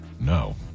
No